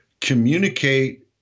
communicate